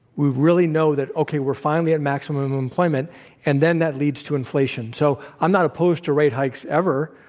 we really know that, okay, we're finally at maximum employment and then that leads to inflation. so i'm not opposed to rate hikes, ever.